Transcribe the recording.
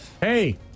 Hey